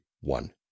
one